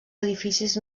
edificis